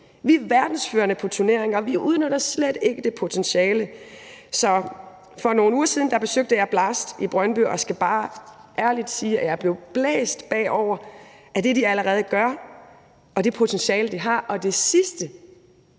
Vi er verdensførende på turneringer, og vi udnytter slet ikke det potentiale. Så for nogle uger siden besøgte jeg BLAST i Brøndby, og jeg skal bare ærligt sige, at jeg blev blæst bagover af det, de allerede gør, og det potentiale, de har. Og det sidste,